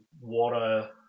Water